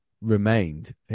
remained